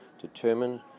determine